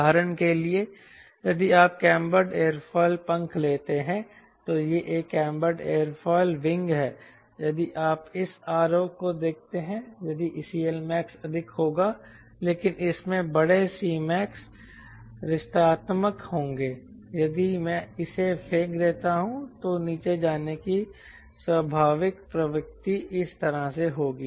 उदाहरण के लिए यदि आप कैम्ब्रड एयरफॉइल पंख लेते हैं तो यह एक कैम्बर्ड एयरफॉइल विंग है यदि आप इस आरेख को देखते हैं यदि CLmax अधिक होगा लेकिन इसमें बड़े Cmac ऋणात्मक होंगे यदि मैं इसे फेंक देता हूं तो नीचे जाने की स्वाभाविक प्रवृत्ति इस तरह से होगी